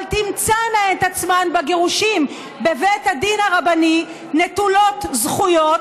אבל תמצאנה את עצמן בגירושים בבית הדין הרבני נטולות זכויות,